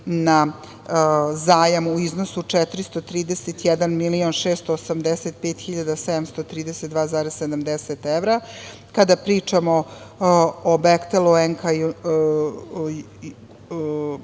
na zajam u iznosi od 431.685.732,70 evra. Kada pričamo o „Behtelu“,